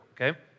okay